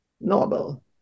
novel